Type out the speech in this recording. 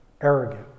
arrogant